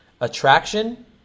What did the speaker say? attraction